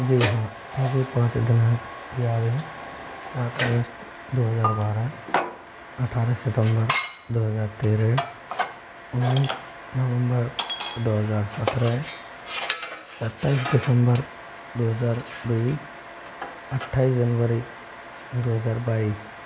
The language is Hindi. जी हाँ मुझे पाँच दिनांक याद हैं सात अगस्त दो हज़ार बारह अठारह सितम्बर दो हज़ार तेरह उन्नीस नवम्बर दो हज़ार सत्रह सत्ताइस दिसम्बर दो हज़ार बीस अठाईस जनवरी दो हज़ार बाइस